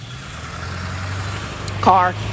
Car